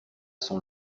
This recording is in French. son